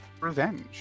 revenge